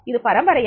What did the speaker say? இது பரம்பரையா